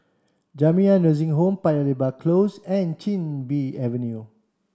Jamiyah Nursing Home Paya Lebar Close and Chin Bee Avenue